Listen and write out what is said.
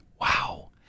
Wow